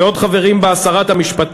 ועוד חברים בה: שרת המשפטים,